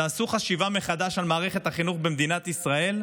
תעשו חשיבה מחדש על מערכת החינוך במדינת ישראל,